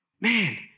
Man